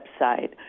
website